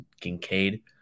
Kincaid